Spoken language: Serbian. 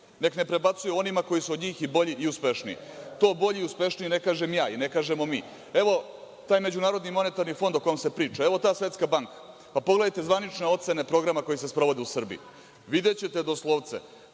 nek ne prebacuju onima koji su od njih i bolji i uspešniji. To bolji i uspešniji ne kažem ja i ne kažemo mi. Evo taj MMF o kojem se priča, evo ta Svetska banka. Pogledajte zvanične ocene programa koji se sprovode u Srbiji. Videćete doslovce